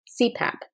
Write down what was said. CPAP